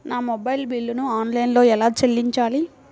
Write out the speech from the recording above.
నా మొబైల్ బిల్లును ఆన్లైన్లో ఎలా చెల్లించాలి?